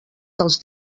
dels